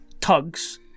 Tugs